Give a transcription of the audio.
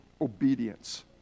obedience